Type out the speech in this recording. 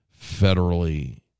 federally